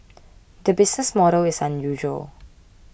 the business model is unusual